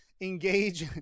engage